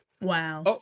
Wow